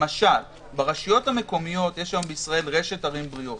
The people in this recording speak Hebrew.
למשל ברשויות המקומיות יש היום בישראל רשת ערים בריאות,